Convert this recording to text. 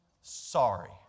sorry